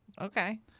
Okay